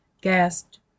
gasped